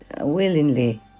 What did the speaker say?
willingly